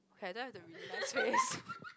okay i don't have the really nice face